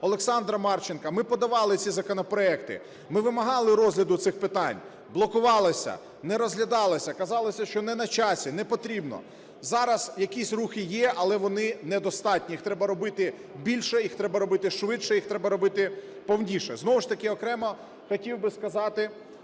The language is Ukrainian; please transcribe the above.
Олександра Марченка, ми подавали ці законопроекти, ми вимагали розгляду цих питань – блокувалося, не розглядалося, казалося, що не на часі, не потрібно. Зараз якісь рухи є, але вони не достатні, їх треба робити більше, їх треба робити швидше, їх треба робити повніше. Знову ж таки, окремо хотів би сказати